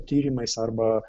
tyrimais arba